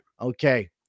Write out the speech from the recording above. Okay